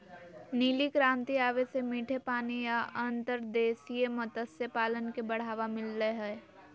नीली क्रांति आवे से मीठे पानी या अंतर्देशीय मत्स्य पालन के बढ़ावा मिल लय हय